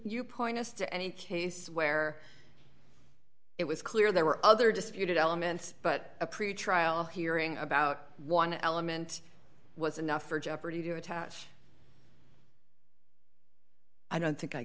you point us to any case where it was clear there were other disputed elements but a pretrial hearing about one element was enough for jeopardy to attach i don't think i